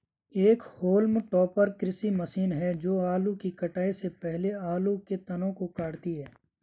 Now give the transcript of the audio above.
एक haulm topper कृषि मशीन है जो आलू की कटाई से पहले आलू के तनों को काटती है